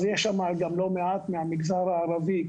אז יש שם גם לא מעט מהמגזר הערבי.